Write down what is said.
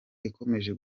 ikomeje